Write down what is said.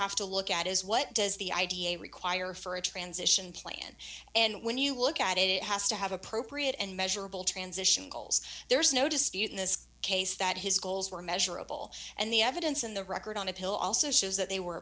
have to look at is what does the idea require for a transition plan and when you look at it has to have appropriate and measurable transition goals there's no dispute in this case that his goals were measurable and the evidence in the record on appeal also shows that they were